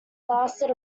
lasted